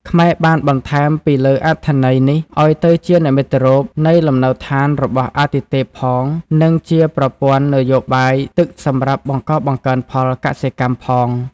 ខ្មែរ បានបន្ថែមពីលើអត្ថន័យ នេះ អោយទៅជានិមិត្តរូបនៃលំនៅឋានរបស់អាទិទេពផង និងជាប្រពន្ធ័នយោបាយទឹកសំរាប់បង្កបង្កើនផលកសិកម្មផងដែរ ។